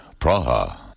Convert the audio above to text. Praha